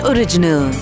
Original